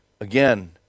again